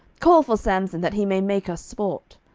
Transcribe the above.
call for samson, that he may make us sport.